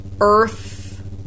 earth